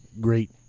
great